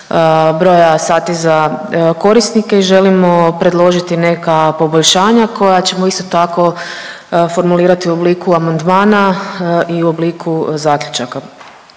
broja sati za korisnike i želimo predložiti neka poboljšanja koja ćemo isto tako formulirati u obliku amandmana i u obliku zaključaka.